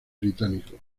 británico